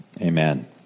amen